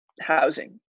housing